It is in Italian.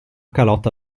calotta